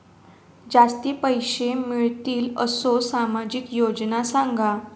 जास्ती पैशे मिळतील असो सामाजिक योजना सांगा?